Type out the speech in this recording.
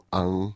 ang